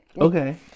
okay